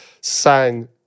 sang